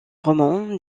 romans